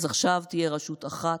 אז עכשיו תהיה רשות אחת,